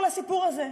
כל הסיפור הזה,